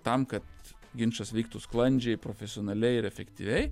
tam kad ginčas vyktų sklandžiai profesionaliai ir efektyviai